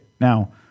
Now